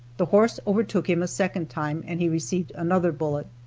the horse overtook him a second time and he received another bullet.